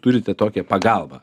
turite tokią pagalbą